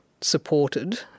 supported